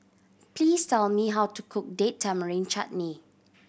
please tell me how to cook Date Tamarind Chutney